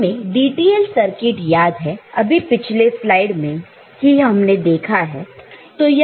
तो हमें DTL circuit याद है अभी पिछले स्लाइड में ही हमने वह देखा है